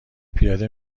پیاده